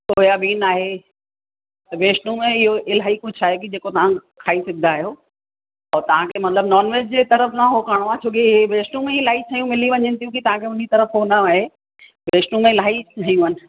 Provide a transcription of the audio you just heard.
soybean आहे वैष्नो में इहो इलाही कुझु आहे कि जेको तव्हां खाई सघंदा आहियो और तव्हांखे मतलबु नॉनवेज जे तरफ़ न उहो करिणो आहे छो कि वैष्नो में इलाही शयूं मिली वञनि थियूं कि तव्हांखे हुन तर्फ़ु उहो नाहे वैष्नो में इलाही शयूं आहिनि